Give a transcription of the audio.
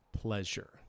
pleasure